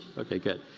okay, good.